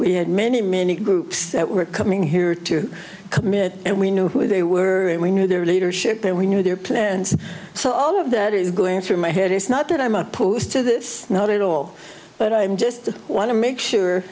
we had many many groups that were coming here to commit and we knew who they were and we knew their leadership and we knew their plans so all of that is going through my head it's not that i'm opposed to this not at all but i'm just want to make sure